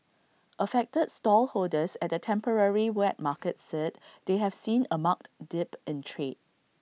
affected stallholders at the temporary wet market said they have seen A marked dip in trade